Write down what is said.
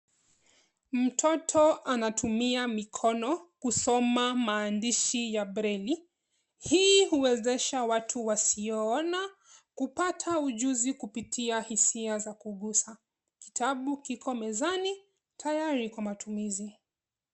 Mtoto anatumia mikono kusoma maandishi ya braille .Hii huwezesha watu wasioona kupata ujuzi kupitia hisia za kuguza. kitabu kiko kezani tayari kwa matumizi.